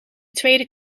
tweede